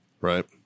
Right